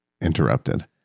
interrupted